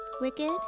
Wicked